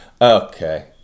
okay